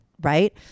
Right